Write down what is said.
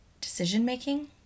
decision-making